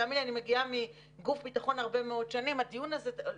תאמין לי, אני מגיעה מהרבה שנים בגוף ביטחון.